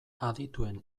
adituen